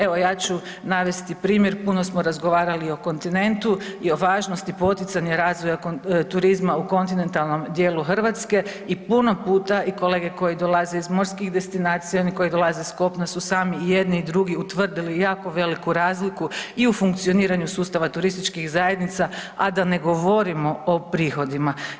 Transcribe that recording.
Evo ja ću navesti primjer, puno smo razgovarali o kontinentu i o važnosti poticanja razvoja turizama u kontinentalnom dijelu Hrvatske i puno puta i kolege dolaze iz morskih destinacija i oni koji dolaze s kopna su sami i jedni i drugi utvrdili jako veliku razliku i u funkcioniranju sustava turističkih zajednica, a da ne govorimo o prihodima.